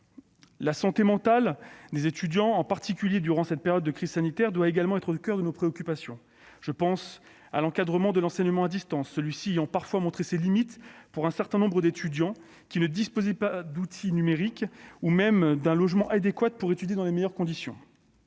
La santé mentale des étudiants, en particulier durant cette période de crise sanitaire, doit également être au coeur de nos préoccupations. Je pense à l'encadrement de l'enseignement à distance, celui-ci ayant parfois montré ses limites pour un certain nombre d'étudiants qui ne disposaient pas d'outils numériques ni même d'un logement adéquat pour étudier dans les meilleures conditions.